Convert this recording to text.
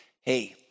hey